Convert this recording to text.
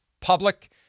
public